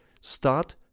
start